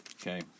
Okay